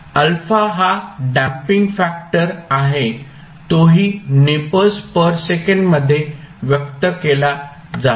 α हा damping factor आहे तोही नेपर्स पर सेकंद मध्ये व्यक्त केला जातो